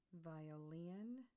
Violin